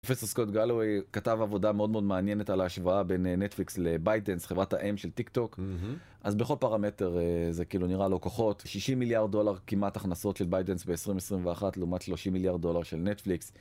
פרופסור סקוט גלווי כתב עבודה מאוד מאוד מעניינת על ההשוואה בין נטפליקס לבייטנס, חברת האם של טיק טוק. אז בכל פרמטר זה כאילו נראה לו כוחות. 60 מיליארד דולר כמעט הכנסות של בייטנס ב-2021 לעומת 30 מיליארד דולר של נטפליקס.